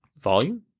volume